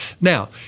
now